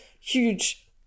huge